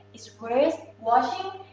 it's worth watching.